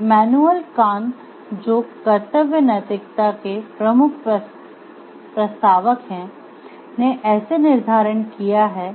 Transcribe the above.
Emmanuel Kant जो कर्त्तव्य नैतिकता के प्रमुख प्रस्तावक है ने ऐसे निर्धारण किया है